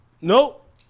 Nope